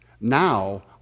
Now